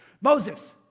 Moses